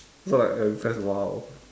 so like I'm impressed !wow!